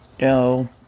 No